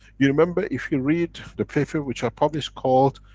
you remember if you read the paper which i published, called